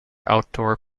outdoor